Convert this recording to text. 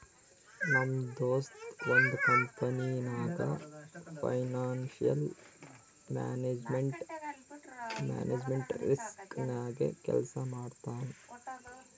ನಮ್ ದೋಸ್ತ ಒಂದ್ ಕಂಪನಿನಾಗ್ ಫೈನಾನ್ಸಿಯಲ್ ಮ್ಯಾನೇಜ್ಮೆಂಟ್ ರಿಸ್ಕ್ ನಾಗೆ ಕೆಲ್ಸಾ ಮಾಡ್ತಾನ್